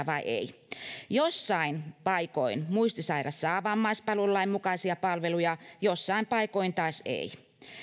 vai ei jossain paikoin muistisairas saa vammaispalvelulain mukaisia palveluja jossain paikoin taas ei